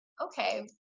Okay